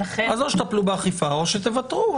אז או שתטפלו באכיפה או שתוותרו.